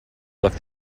left